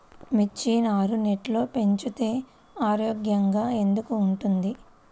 మిర్చి నారు నెట్లో పెంచితే ఆరోగ్యంగా ఎందుకు ఉంటుంది?